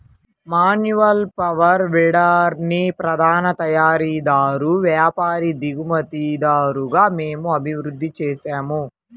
manual power వీడర్ని ప్రధాన తయారీదారు, వ్యాపారి, దిగుమతిదారుగా మేము అభివృద్ధి చేసాము